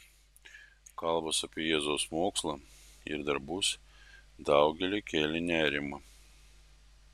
kalbos apie jėzaus mokslą ir darbus daugeliui kėlė nerimą